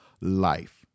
life